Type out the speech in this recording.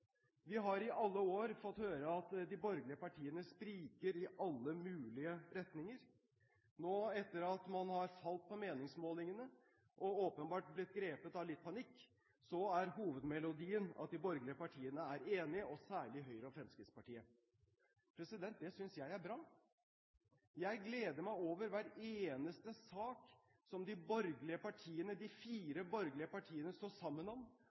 Vi har i alle år fått høre at de borgerlige partiene spriker i alle mulige retninger. Nå, etter at man har falt på meningsmålingene og åpenbart blitt grepet av litt panikk, er hovedmelodien at de borgerlige partiene er enige – særlig Høyre og Fremskrittspartiet. Det synes jeg er bra. Jeg gleder meg over hver eneste sak som de fire borgerlige partiene står sammen om